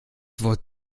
wort